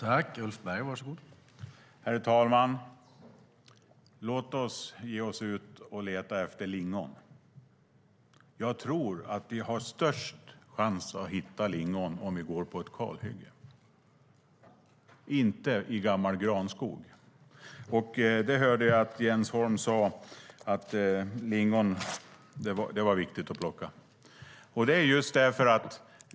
Herr talman! Låt oss ge oss ut och leta efter lingon. Jag tror att vi har störst chans att hitta lingon om vi går på ett kalhygge och inte i gammal granskog. Jag hörde att Jens Holm sa att det var viktigt att plocka lingon.